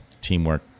teamwork